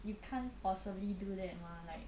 you can't possibly do that mah like